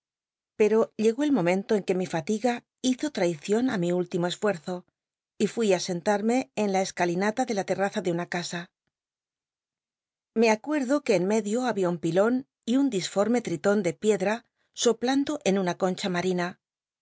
pcl'o lllgó el momento en uc mi fatiga hizo llaicion ü mi último c rucrzo y rui á sentarme en la escalinata de la tenaza de una casa le acuerdo que en medio había un pilon y un disforme tritón de picdm soplando en una concha mal'ina